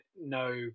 no